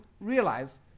realize